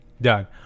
done